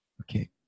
Okay